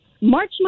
march